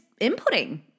inputting